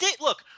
Look